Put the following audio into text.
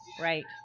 Right